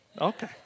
okay